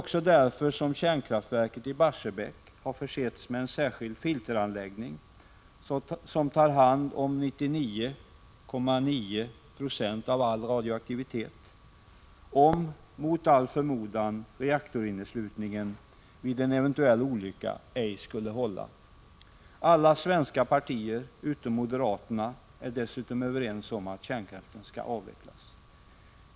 Kärnkraftverket i Barsebäck har försetts med en särskild filteranläggning som tar hand om 99,9 96 av all radioaktivitet om — mot all förmodan — reaktorinneslutningen vid en eventuell olycka ej skulle hålla. Alla svenska partier utom moderata samlingspartiet är dessutom överens om att kärnkraften skall avvecklas.